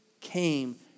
came